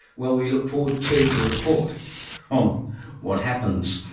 well, we look forward to the report on what happens,